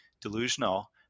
delusional